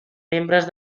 membres